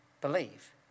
Believe